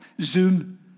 Zoom